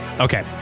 Okay